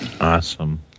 Awesome